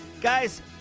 Guys